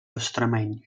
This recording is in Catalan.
extremeny